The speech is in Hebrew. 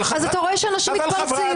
אז אתה רואה שאנשים מתפרצים.